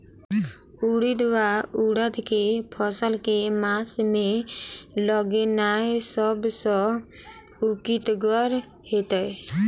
उड़ीद वा उड़द केँ फसल केँ मास मे लगेनाय सब सऽ उकीतगर हेतै?